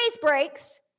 breaks